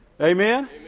Amen